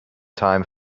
time